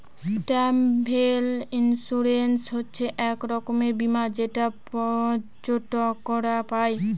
travel insurance হচ্ছে এক রকমের বীমা যেটা পর্যটকরা পাই